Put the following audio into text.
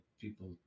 people